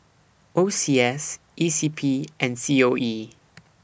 O C S E C P and C O E